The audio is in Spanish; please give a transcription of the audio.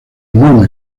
enorme